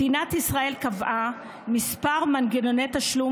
מדינת ישראל קבעה כמה מנגנוני תשלום